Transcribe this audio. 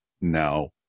now